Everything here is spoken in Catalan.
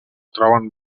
troben